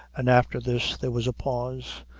and after this there was a pause.